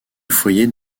foyer